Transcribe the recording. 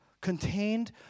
Contained